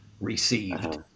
received